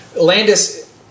Landis